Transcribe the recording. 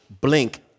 blink